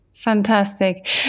Fantastic